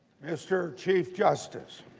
mr. chief justice